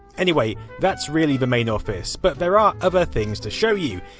anyway, that's really, the main office, but there are other things to show you.